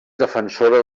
defensora